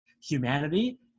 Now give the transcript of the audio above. humanity